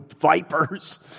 vipers